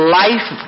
life